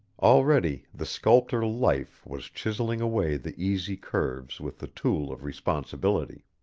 already the sculptor life was chiselling away the easy curves with the tool of responsibility.